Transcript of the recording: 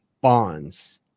bonds